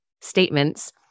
statements